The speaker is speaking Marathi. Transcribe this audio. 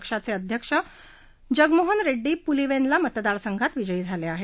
पक्षाचे अध्यक्ष जगनमोहन रेड्डी पुलिवेंदला मतदारसंघात विजयी झाले आहेत